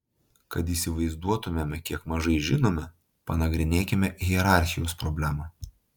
kad įsivaizduotumėme kiek mažai žinome panagrinėkime hierarchijos problemą